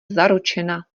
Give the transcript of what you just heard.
zaručena